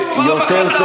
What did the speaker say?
הסתה?